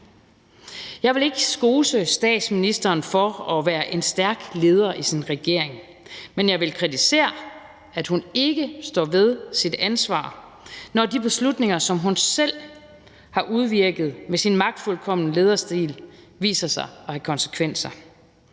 Jeg vil ikke skose statsministeren for at have været en stærk leder i sin regering. Men jeg vil kritisere, at hun ikke står ved sit ansvar, når de beslutninger, som hun selv har udvirket med sin magtfuldkomne lederstil, viser sig at have konsekvenser.